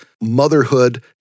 motherhood